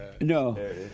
No